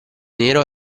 nero